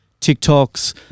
tiktoks